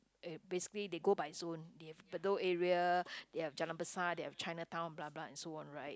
uh basically they go by zone they have Bedok area they have jalan besar they have Chinatown blah blah and so on right